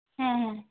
ᱦᱮᱸ ᱦᱮᱸ